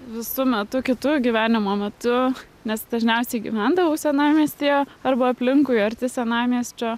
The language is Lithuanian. visų metų kitų gyvenimo metu nes dažniausiai gyvendavau senamiestyje arba aplinkui arti senamiesčio